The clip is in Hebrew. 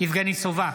יבגני סובה,